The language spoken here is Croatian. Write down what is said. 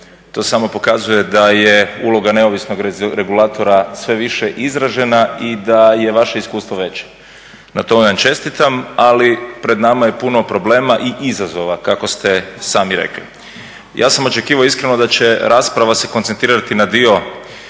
To samo pokazuje da je uloga neovisnog regulatora sve više izražena i da je vaše iskustvo veće. Na tome vam čestitam, ali pred nama je puno problema i izazova kako ste sami rekli. Ja sam očekivao iskreno da će rasprava se koncentrirati na dio